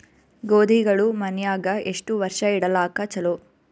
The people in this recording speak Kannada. ಗೋಧಿಗಳು ಮನ್ಯಾಗ ಎಷ್ಟು ವರ್ಷ ಇಡಲಾಕ ಚಲೋ?